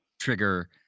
Trigger